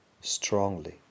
Strongly